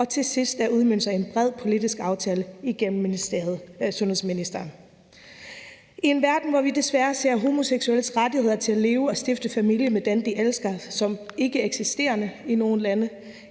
og til sidst udmøntes en bred politisk aftale igennem sundhedsministeren. I en verden, hvor vi desværre ser homoseksuelles rettigheder til at leve og stifte familie med dem, de elsker, som ikkeeksisterende i nogle lande,